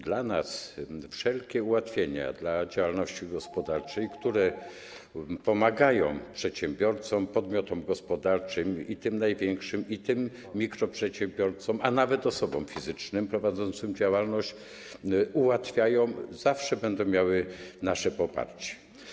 Dla nas wszelkie ułatwienia dla działalności gospodarczej, które pomagają przedsiębiorcom, podmiotom gospodarczym, i tym największym, i mikroprzedsiębiorcom, a nawet ułatwiają osobom fizycznym prowadzącym działalność, zawsze będą miały nasze poparcie.